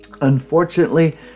Unfortunately